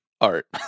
Art